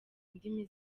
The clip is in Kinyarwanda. indimi